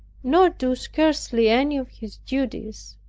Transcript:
nor do scarcely any of his duties.